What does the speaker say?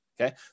Okay